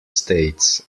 states